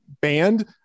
banned